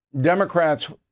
Democrats